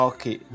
Okay